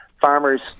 Farmers